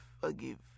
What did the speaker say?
forgive